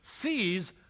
sees